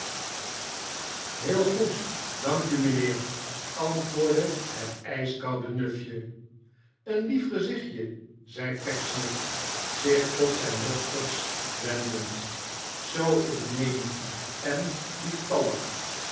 heel goed dank u mijnheer antwoordde het ijskoude nufje een lief gezichtje zei pecksniff zich tot zijn dochters wendend zoo innemend en lieftallig